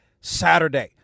Saturday